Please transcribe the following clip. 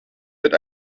wird